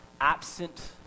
absent